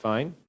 Fine